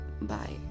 Bye